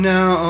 Now